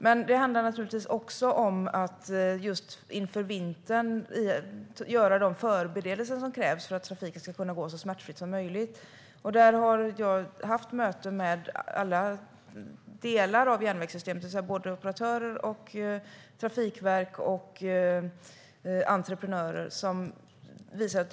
Men det handlar naturligtvis också om att just inför vintern göra de förberedelser som krävs för att trafiken ska kunna gå så smärtfritt som möjligt. Jag har haft möten med alla delar av järnvägssystemet, det vill säga operatörer, Trafikverket och entreprenörer.